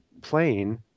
playing